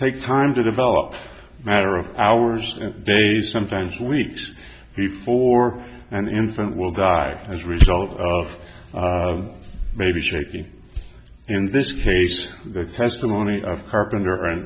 take time to develop a matter of hours days sometimes weeks before an infant will die as a result of maybe shaking in this case the testimony of carpenter and